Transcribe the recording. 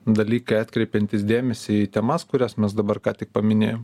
dalykai atkreipiantys dėmesį į temas kurias mes dabar ką tik paminėjom